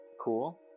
cool